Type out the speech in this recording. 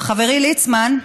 חברי ליצמן,